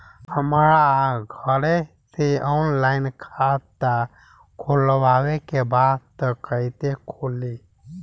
हमरा घरे से ऑनलाइन खाता खोलवावे के बा त कइसे खुली?